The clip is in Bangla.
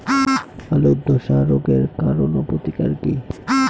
আলুর ধসা রোগের কারণ ও প্রতিকার কি?